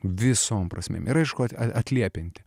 visom prasmėm ir aišku at atliepianti